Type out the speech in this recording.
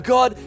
God